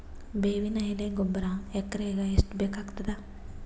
ಬೇವಿನ ಎಲೆ ಗೊಬರಾ ಎಕರೆಗ್ ಎಷ್ಟು ಬೇಕಗತಾದ?